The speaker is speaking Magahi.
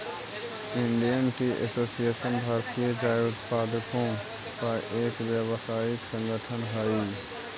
इंडियन टी एसोसिएशन भारतीय चाय उत्पादकों का एक व्यावसायिक संगठन हई